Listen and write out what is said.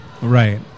Right